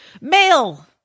Male